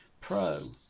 Pro